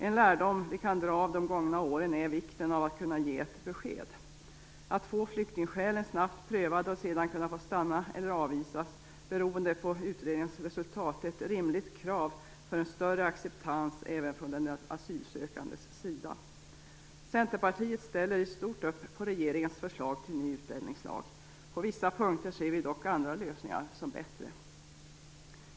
En lärdom vi kan dra av de gångna åren är vikten av att kunna ge ett besked. Att få flyktingskälen snabbt prövade och sedan kunna få stanna eller avvisas beroende på utredningens resultat är ett rimligt krav för en större acceptans även från den asylsökandes sida. Centerpartiet ställer i stort upp på regeringens förslag till ny utlänningslag. På vissa punkter ser vi dock andra lösningar som bättre.